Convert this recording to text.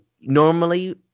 normally